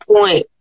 point